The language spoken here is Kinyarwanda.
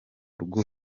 rwo